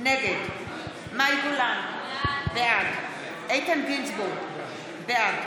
נגד מאי גולן, בעד איתן גינזבורג, בעד